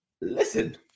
listen